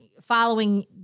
following